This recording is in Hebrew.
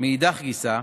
מאידך גיסא,